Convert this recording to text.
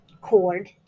cord